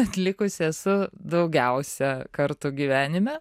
atlikusi esu daugiausia kartų gyvenime